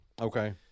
Okay